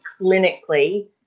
clinically